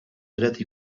dret